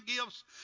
gifts